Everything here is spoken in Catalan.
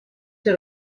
ser